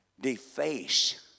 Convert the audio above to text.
deface